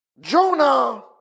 Jonah